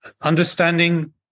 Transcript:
understanding